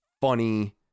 funny